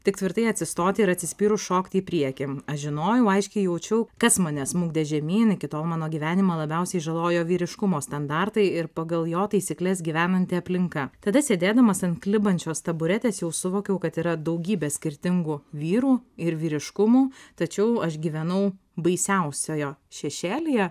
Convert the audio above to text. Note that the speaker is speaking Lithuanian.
tik tvirtai atsistoti ir atsispyrus šokti į priekį aš žinojau aiškiai jaučiau kas mane smukdė žemyn iki tol mano gyvenimą labiausiai žalojo vyriškumo standartai ir pagal jo taisykles gyvenanti aplinka tada sėdėdamas ant klibančios taburetės jau suvokiau kad yra daugybė skirtingų vyrų ir vyriškumų tačiau aš gyvenau baisiausioje šešėlyje